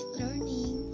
learning